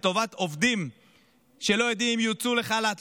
לטובת עובדים שלא יודעים אם יוצאו לחל"ת,